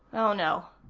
oh, no.